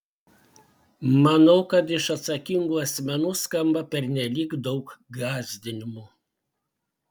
manau kad iš atsakingų asmenų skamba pernelyg daug gąsdinimų